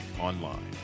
online